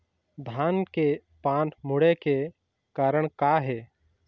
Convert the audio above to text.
धान के पान मुड़े के कारण का हे?